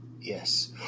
yes